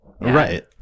Right